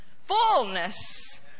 Fullness